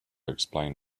explain